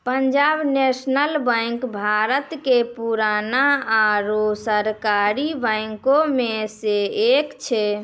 Punjab National Bank Bharat के पुराना आरु सरकारी बैंको मे से एक छै